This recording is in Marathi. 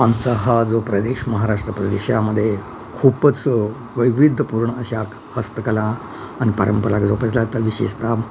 आमचा हा जो प्रदेश महाराष्ट्र प्रदेशामध्ये खूपच वैविध्यपूर्ण अशा हस्तकला आणि परंपराला विशेषतः